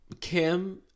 Kim